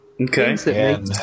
okay